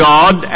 God